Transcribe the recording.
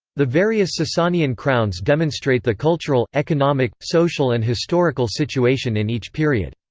the various sasanian crowns demonstrate the cultural, economic, social and historical situation in each period.